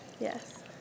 Yes